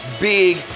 big